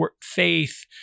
faith